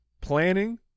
planning